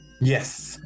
yes